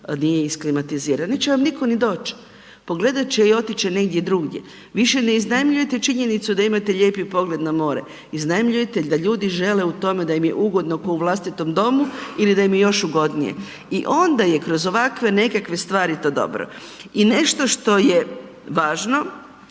nije isklimatizirano. Neće vam nitko ni doći. Pogledat će i otići će negdje drugdje. Više ne iznajmljujete činjenicu da imate lijepo pogled na more. Iznajmljujete da ljudi žele u tome da im je ugodno kao u vlastitom domu ili da im je još ugodnije i onda je kroz ovakve nekakve stvari to dobro. I nešto što je važno,